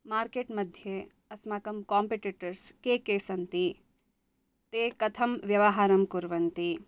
market मध्ये अस्माकं competitors के के सन्ति ते कथं व्यवहारं कुर्वन्ति